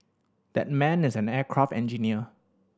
that man is an aircraft engineer